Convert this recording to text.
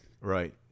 right